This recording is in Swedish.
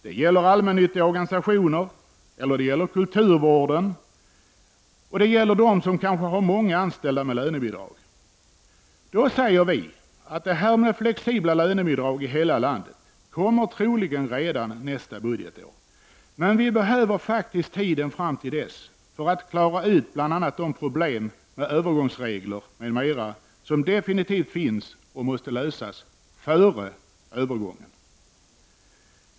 Det blir stora nackdelar för allmännyttiga organisationer, kulturvården och alla som har många anställda med lönebidrag. Då säger vi att det här med flexibla lönebidrag i hela landet kommer troligen redan nästa budgetår. Men vi behöver tiden fram till dess för att klara ut bl.a. de problem med övergångsregler m.m. som definitivt finns och som måste lösas före övergången.